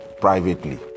privately